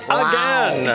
again